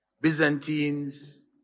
Byzantines